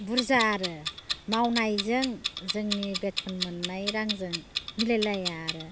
बुरजा आरो मावनायजों जोंनि बेथन मोननाय रांजों मिलाय लाया आरो